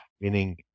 meaning